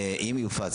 אם יופץ,